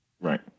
right